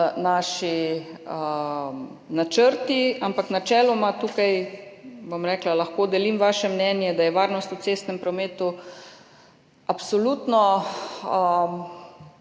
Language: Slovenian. naši načrti. Ampak načeloma tukaj lahko delim vaše mnenje, da je varnost v cestnem prometu absolutno